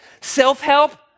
Self-help